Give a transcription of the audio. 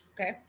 Okay